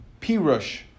Pirush